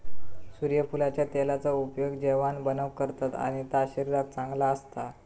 सुर्यफुलाच्या तेलाचा उपयोग जेवाण बनवूक करतत आणि ता शरीराक चांगला असता